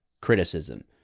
criticism